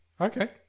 Okay